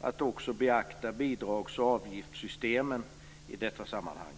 att också beakta bidrags och avgiftssystemen i detta sammanhang.